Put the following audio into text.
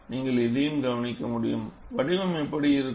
நீங்கள் இதையும் கவனிக்க முடியும் வடிவம் எப்படி இருக்கும்